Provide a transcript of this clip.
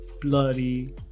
bloody